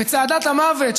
בצעדת המוות.